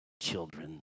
children